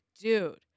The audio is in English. dude